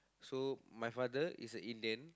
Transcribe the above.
so my father is a Indian